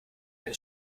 eine